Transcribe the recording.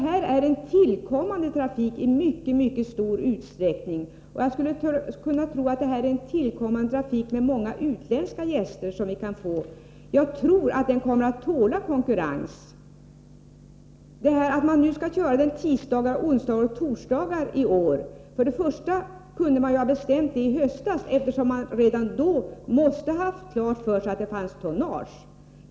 Det är här i mycket stor utsträckning fråga om tillkommande trafik. Jag skulle dessutom tro att denna tillkommande trafik består av många utländska gäster, som vi på detta sätt kan få till Sverige. Linjen tål nog också konkurrens. Ölandslinjen skall i år trafikeras tisdagar, onsdagar och torsdagar. För det första kunde det ha bestämts i höstas, eftersom man redan då måste ha haft klart för sig att det fanns tonnage.